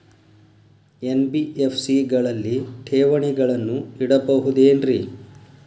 NBFC ಗಳಲ್ಲಿ ಠೇವಣಿಗಳನ್ನು ಇಡಬಹುದೇನ್ರಿ?